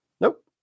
nope